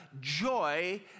joy